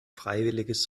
freiwilliges